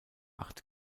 acht